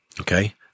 okay